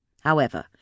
However